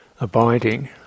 abiding